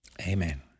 amen